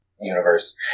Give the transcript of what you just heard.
universe